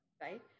right